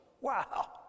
Wow